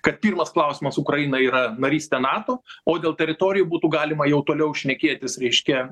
kad pirmas klausimas ukrainai yra narystė nato o dėl teritorijų būtų galima jau toliau šnekėtis reiškia